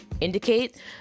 indicate